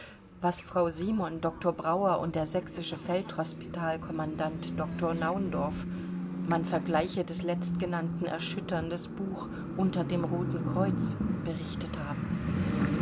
was frau simon doktor brauer und der sächsische feldhospital kommandant doktor naundorff man vergleiche des letztgenannten erschütterndes buch unter dem roten kreuz berichtet haben